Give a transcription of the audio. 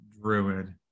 druid